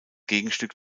gegenstück